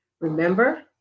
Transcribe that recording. remember